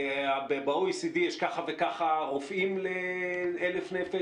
ב-OECD יש כך וכך רופאים ל-1,000 נפשות